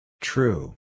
True